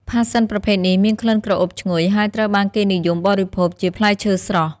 ផាសសិនប្រភេទនេះមានក្លិនក្រអូបឈ្ងុយ ហើយត្រូវបានគេនិយមបរិភោគជាផ្លែឈើស្រស់។